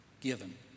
given